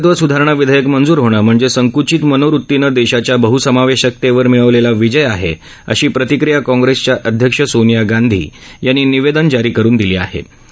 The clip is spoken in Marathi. नागरिकत्व सुधारणा विधेयक मंजूर होणं म्हणजे संकुचित मनोवृतीनं देशाच्या बहसमावेशकतेवर मिळवलेला विजय आहे अशी प्रतिक्रिया काँग्रेसच्या अध्यक्ष सोनिया गांधी यांनी निवेदन जारी करून दिली आहे